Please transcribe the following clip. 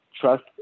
Trust